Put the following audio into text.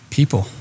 People